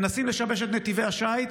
מנסים לשבש את נתיבי השיט,